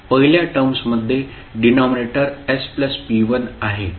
पहिल्या टर्म्समध्ये denominator sp1 आहे